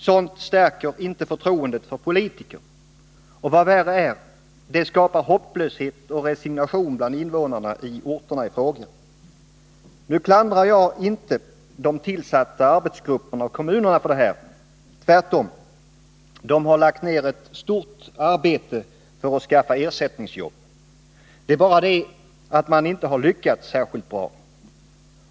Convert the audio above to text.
Sådant stärker inte förtroendet för politiker, och vad värre är: det skapar hopplöshet och resignation bland invånarna i orterna i fråga. Nu klandrar jag inte de tillsatta arbetsgrupperna och kommunerna för detta. Tvärtom. De har lagt ner ett stort arbete för att skapa ersättningsjobb. Det är bara det att man inte har lyckats särskilt bra.